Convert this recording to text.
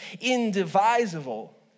indivisible